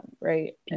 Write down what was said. Right